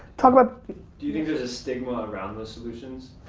kind of um do you think there's a stigma around those solutions?